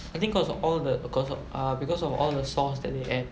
I think cause of all the because of uh because of all the sauce that they add